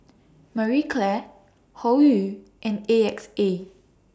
Marie Claire Hoyu and A X A